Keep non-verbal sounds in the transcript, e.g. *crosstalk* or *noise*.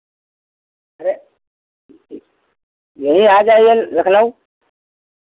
अरे *unintelligible* यहीं आ जाइए लखनऊ